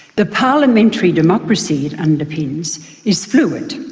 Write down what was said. the parliamentary democracy it underpins is fluid.